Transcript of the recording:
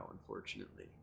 unfortunately